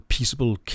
Peaceable